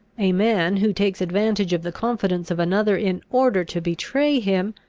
a man who takes advantage of the confidence of another in order to betray him,